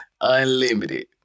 unlimited